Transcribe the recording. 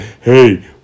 Hey